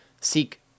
seek